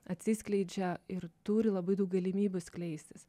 atsiskleidžia ir turi labai daug galimybių skleistis